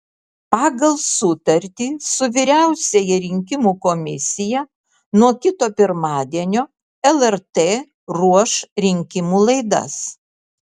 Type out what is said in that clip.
pagal sutartį su vyriausiąja rinkimų komisija nuo kito pirmadienio lrt ruoš rinkimų laidas